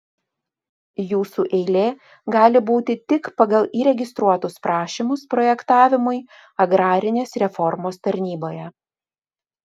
jūsų eilė gali būti tik pagal įregistruotus prašymus projektavimui agrarinės reformos tarnyboje